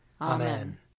Amen